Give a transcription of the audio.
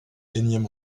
énième